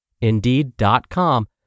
Indeed.com